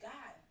God